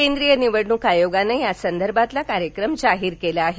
केंद्रीय निवडणूक आयोगानं त्यासंदर्भातला कार्यक्रम जाहीर केला आहे